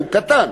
הוא קטן,